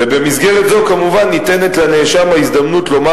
ובמסגרת זו כמובן ניתנת לנאשם ההזדמנות לומר